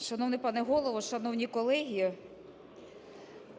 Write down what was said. Шановний пане Голово, шановні колеги!